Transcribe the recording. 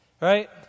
right